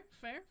fair